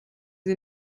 sie